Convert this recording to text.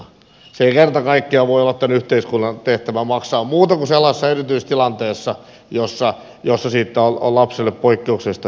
se ei kerta kaikkiaan voi olla tämän yhteiskunnan tehtävä maksaa muuta kuin sellaisessa erityistilanteessa jossa siitä on lapselle poikkeuksellista hyötyä